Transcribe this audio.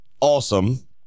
awesome